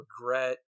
regret